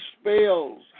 spells